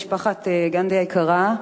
משפחת גנדי היקרה,